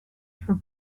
for